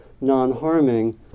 non-harming